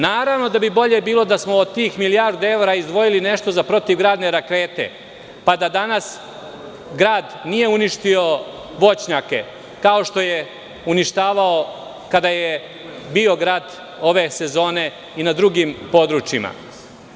Naravno da bi bolje bilo da smo od tih milijardu evra izdvojili nešto za protivgradne rakete, pa da danas grad nije uništio voćnjake, kao što je uništavao kada je bio grad ove sezone i na drugim područjima.